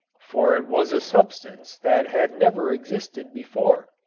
for it was a substance that had never existed before.